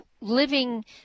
living